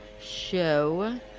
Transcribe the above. Show